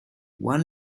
one